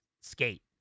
skate